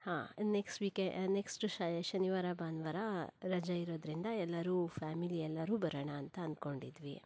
ಹಾಂ next week next ಶನಿವಾರ ಭಾನುವಾರ ರಜೆ ಇರೋದ್ರಿಂದ ಎಲ್ಲರೂ ಫ್ಯಾಮಿಲಿ ಎಲ್ಲರೂ ಬರೋಣ ಅಂತ ಅಂದ್ಕೊಂಡಿದ್ವಿ